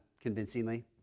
convincingly